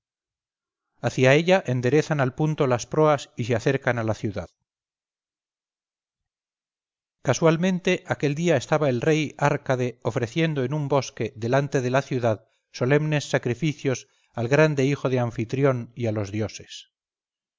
hacia ella enderezan al punto las proas y se acercan a la ciudad casualmente aquel día estaba el rey árcade ofreciendo en un bosque delante de la ciudad solemnes sacrificios al grande hijo de anfitrión y a los dioses